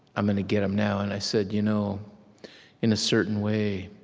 i'm gonna get em now. and i said, you know in a certain way,